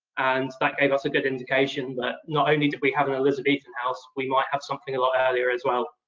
and that gave us a good indication that not only did we have an elizabethan house. we might have something a lot earlier as well.